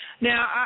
Now